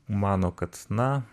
mano kad na